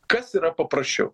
kas yra paprasčiau